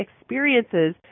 experiences